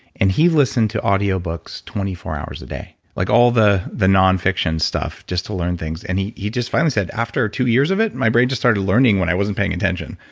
and he listen to audio books twenty four hours a day like all the the non-fiction stuff, just to learn things, and he he just finally said, after two years of it, my brain just started learning when i wasn't paying attention.